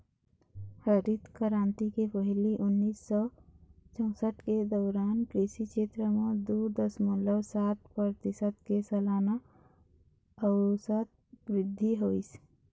हरित करांति के पहिली उन्नीस सौ चउसठ के दउरान कृषि छेत्र म दू दसमलव सात परतिसत के सलाना अउसत बृद्धि होइस